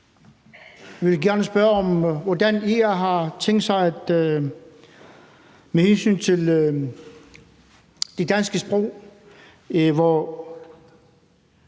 Jeg vil gerne spørge om, hvad IA har tænkt sig med hensyn til det danske sprog,